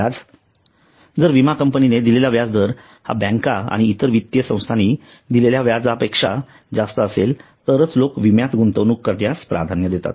व्याज जर विमा कंपनीने दिलेला व्याजदर हा बँका आणि इतर वित्तीय संस्थांनी दिलेल्या व्याजापेक्षा जास्त असेल तरच लोक विम्यात गुंतवणूक करण्यास प्राधान्य देतात